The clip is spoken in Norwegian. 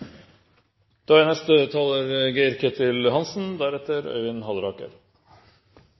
Da er neste taler